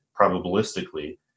probabilistically